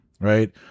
right